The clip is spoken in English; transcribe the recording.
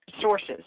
sources